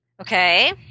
Okay